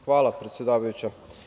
Hvala predsedavajuća.